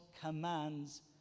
commands